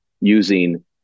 using